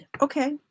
Okay